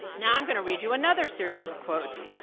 now i'm going to read you another series of quotes.